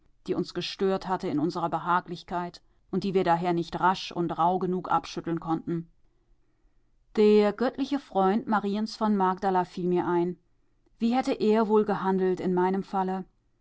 die uns gestört hatte in unserer behaglichkeit und die wir daher nicht rasch und rauh genug abschütteln konnten der göttliche freund mariens von magdala fiel mir ein wie hätte er wohl gehandelt in meinem falle